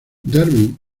darwin